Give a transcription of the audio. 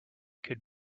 could